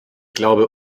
glaube